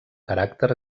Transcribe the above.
caràcter